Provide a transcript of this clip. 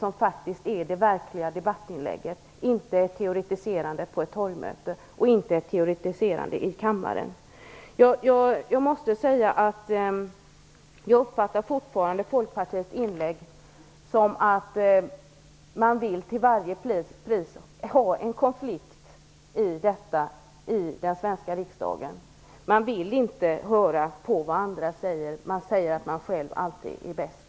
Detta är det verkliga debattinlägget, inte teoretiserandet på ett torgmöte och inte teoretiserandet i kammaren. Jag uppfattar fortfarande Folkpartiets inlägg som att man till varje pris vill ha en konflikt kring detta i den svenska riksdagen. Man vill inte höra på vad andra säger. Man säger att man själv alltid är bäst.